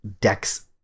decks